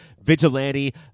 vigilante